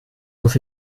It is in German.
muss